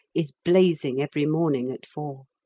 is blazing every morning at four.